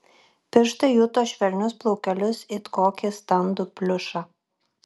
pirštai juto švelnius plaukelius it kokį standų pliušą